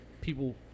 people